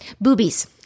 boobies